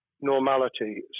normality